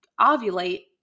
ovulate